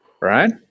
right